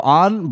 on